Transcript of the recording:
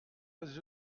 pas